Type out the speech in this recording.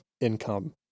income